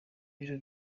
ibiro